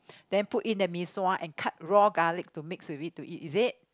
then put in the mee-sua and cut raw garlic to mix with it to eat is it